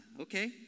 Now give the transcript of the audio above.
okay